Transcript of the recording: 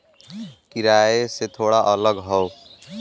किराए से थोड़ा अलग हौ